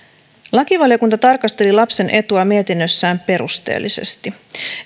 lakivaliokunta tarkasteli lapsen etua mietinnössään perusteellisesti